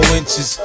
inches